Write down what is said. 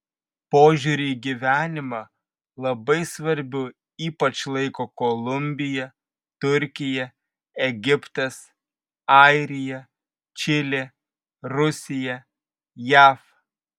požiūrį į gyvenimą labai svarbiu ypač laiko kolumbija turkija egiptas airija čilė rusija jav